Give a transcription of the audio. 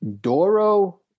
Doro